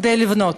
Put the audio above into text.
כדי לבנות.